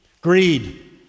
Greed